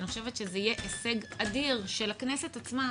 אני חושבת שזה יהיה הישג אדיר של הכנסת עצמה,